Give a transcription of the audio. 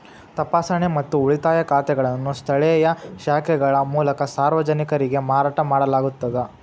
ತಪಾಸಣೆ ಮತ್ತು ಉಳಿತಾಯ ಖಾತೆಗಳನ್ನು ಸ್ಥಳೇಯ ಶಾಖೆಗಳ ಮೂಲಕ ಸಾರ್ವಜನಿಕರಿಗೆ ಮಾರಾಟ ಮಾಡಲಾಗುತ್ತದ